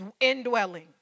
indwelling